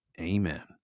amen